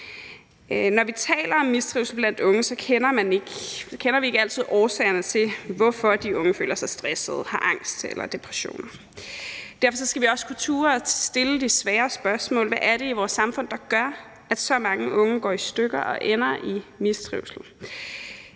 Når vi taler om mistrivsel blandt unge, kender vi ikke altid årsagerne til, at de unge føler sig stressede eller har angst eller depression. Derfor skal vi også kunne turde at stille de svære spørgsmål om, hvad det er i vores samfund, der gør, at så mange unge går i stykker og ender i mistrivsel.